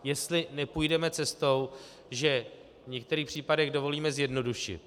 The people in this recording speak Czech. Jestli nepůjdeme cestou, že v některých případech dovolíme zjednodušit.